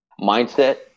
mindset